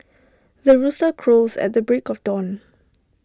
the rooster crows at the break of dawn